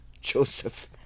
Joseph